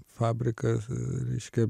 fabrikas reiškia